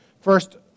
first